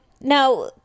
Now